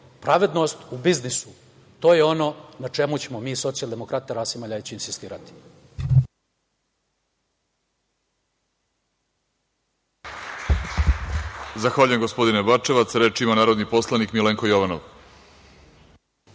pravednost u biznisu. To je ono na čemu ćemo mi Socijaldemokratija Rasima Ljajića insistirati.